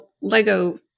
Lego